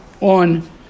on